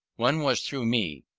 one was through me,